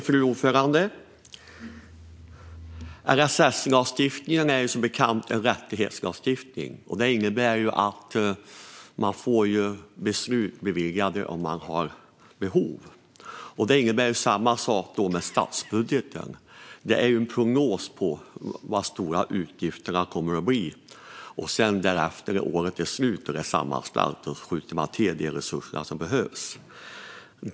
Fru talman! LSS-lagstiftningen är som bekant en rättighetslagstiftning. Det innebär att man får beslut beviljade om man har behov. Det är samma sak med statsbudgeten. Det är en prognos för hur stora utgifterna kommer att bli, och när året är slut och sammanställt skjuts de resurser som behövs till.